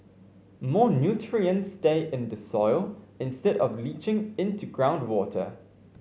more nutrients stay in the soil instead of leaching into groundwater